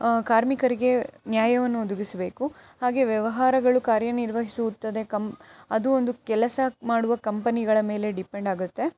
ಕಾರ್ಮಿಕರಿಗೆ ನ್ಯಾಯವನ್ನು ಒದಗಿಸ್ಬೇಕು ಹಾಗೇ ವ್ಯವಹಾರಗಳು ಕಾರ್ಯನಿರ್ವಹಿಸುತ್ತದೆ ಕಂ ಅದು ಒಂದು ಕೆಲಸ ಮಾಡುವ ಕಂಪನಿಗಳ ಮೇಲೆ ಡಿಪೆಂಡ್ ಆಗುತ್ತೆ